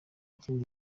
kindi